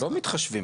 לא מתחשבים.